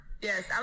Yes